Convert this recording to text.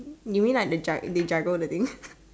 you mean like they jug they juggle the thing